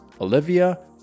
Olivia